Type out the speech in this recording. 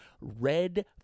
red